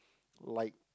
like